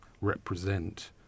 represent